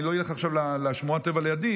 אני לא אלך עכשיו לשמורת הטבע לידי